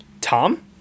Tom